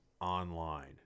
online